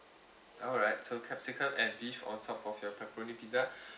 alright so capsicum and beef on top of your pepperoni pizza